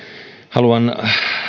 haluan